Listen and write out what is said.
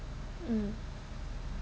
uh